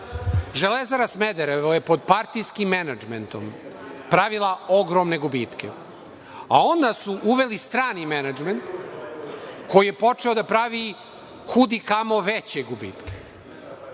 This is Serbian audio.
uradila.„Železara Smederevo“ je pod partijskim menadžmentom pravila ogromne gubitke, a onda su uveli strani menadžment koji je počeo da pravi kudikamo veće gubitke.